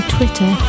Twitter